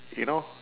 you know